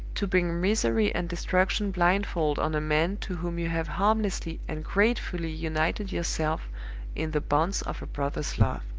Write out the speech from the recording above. to bring misery and destruction blindfold on a man to whom you have harmlessly and gratefully united yourself in the bonds of a brother's love.